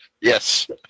yes